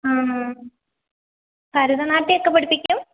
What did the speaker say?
മ്മ് ഭരതനാട്യമൊക്കെ പഠിപ്പിക്കും